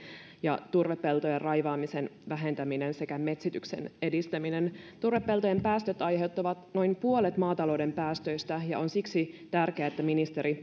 ja turvepeltojen raivaamisen vähentäminen sekä metsityksen edistäminen turvepeltojen päästöt aiheuttavat noin puolet maatalouden päästöistä ja siksi onkin tärkeää että ministeri